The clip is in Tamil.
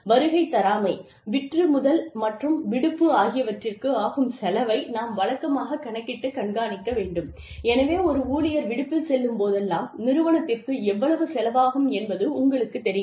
வருகை தராமை விற்றுமுதல் மற்றும் விடுப்பு ஆகியவற்றுக்கு ஆகும் செலவை நாம் வழக்கமாகக் கணக்கிட்டு கண்காணிக்க வேண்டும் எனவே ஒரு ஊழியர் விடுப்பில் செல்லும் போதெல்லாம் நிறுவனத்திற்கு எவ்வளவு செலவாகும் என்பது உங்களுக்குத் தெரியும்